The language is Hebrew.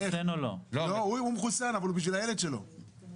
הוא מחוסן אבל מה עם הילד שלו?